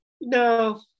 no